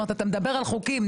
אתה מדבר על חוקים,